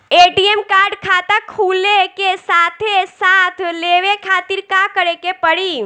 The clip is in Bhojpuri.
ए.टी.एम कार्ड खाता खुले के साथे साथ लेवे खातिर का करे के पड़ी?